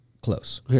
Close